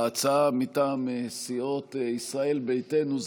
ההצעה היא מטעם סיעות ישראל ביתנו,